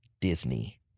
Disney